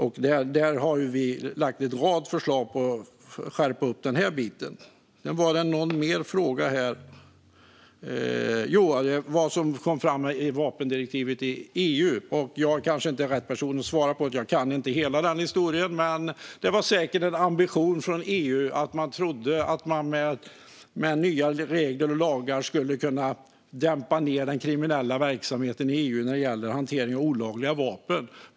Vi har lagt fram en rad förslag för att skärpa upp den biten. Sedan gällde det vad som låg bakom vapendirektivet från EU. Jag kanske inte är rätt person att svara på det. Jag kan inte hela den historien, men det var säkert en ambition från EU där man trodde att man med nya regler och lagar skulle kunna dämpa den kriminella verksamheten i EU när det gäller hantering av olagliga vapen.